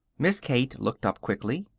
miss kate looked up, quickly.